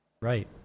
right